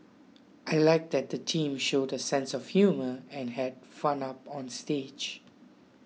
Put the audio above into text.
I like that the teams showed a sense of humour and had fun up on stage